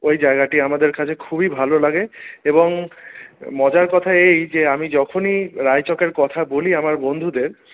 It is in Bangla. ওই জায়গাটি আমাদের কাছে খুবই ভালো লাগে এবং মজার কথা এই যে আমি যখনই রায়চকের কথা বলি আমার বন্ধুদের